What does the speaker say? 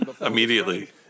immediately